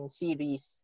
series